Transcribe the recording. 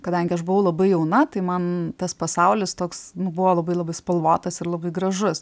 kadangi aš buvau labai jauna tai man tas pasaulis toks nu buvo labai labai spalvotas ir labai gražus